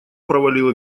провалил